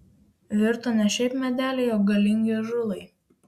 virto ne šiaip medeliai o galingi ąžuolai